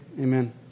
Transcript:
Amen